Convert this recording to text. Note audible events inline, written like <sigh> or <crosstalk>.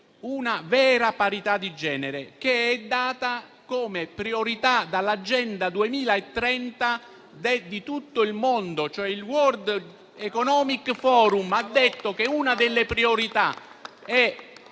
una vera parità di genere, che è indicata come priorità dall'Agenda 2030 in tutto il mondo. <applause> Il World Economic Forum ha detto che una delle priorità,